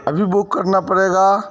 ابھی بک کرنا پڑے گا